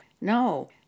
no